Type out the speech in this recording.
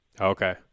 Okay